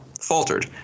faltered